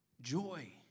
Joy